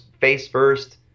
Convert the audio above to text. face-first